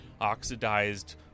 oxidized